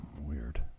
Weird